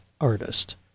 artist